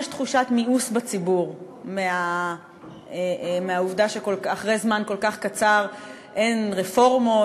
יש תחושת מיאוס בציבור מהעובדה שאחרי זמן כל כך קצר אין רפורמות,